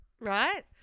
right